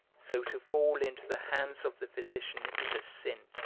so to fall into the hands of the physician is a sin,